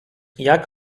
jak